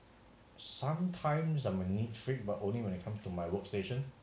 sometimes I'm a neat freak but only when it comes to my workstation